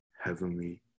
heavenly